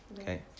Okay